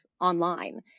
online